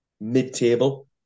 mid-table